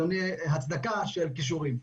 מנגנון הצדקה של כישורים.